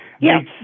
Yes